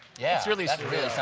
yeah it's really surreal.